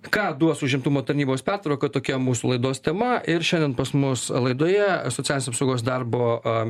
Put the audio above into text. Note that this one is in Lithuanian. ką duos užimtumo tarnybos pertvarka tokia mūsų laidos tema ir šiandien pas mus laidoje socialinės apsaugos ir darbo